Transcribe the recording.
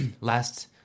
last